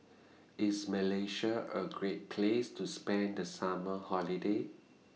IS Malaysia A Great Place to spend The Summer Holiday